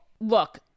look